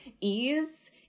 ease